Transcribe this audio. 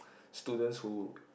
students who